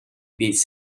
beats